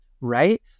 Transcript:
Right